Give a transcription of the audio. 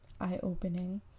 eye-opening